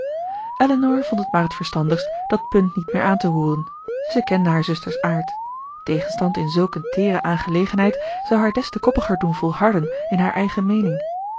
elinor vond het maar t verstandigst dat punt niet meer aan te roeren zij kende haar zusters aard tegenstand in zulk een teere aangelegenheid zou haar des te koppiger doen volharden in haar eigen meening